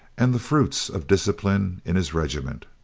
and the fruits of discipline in his regiment.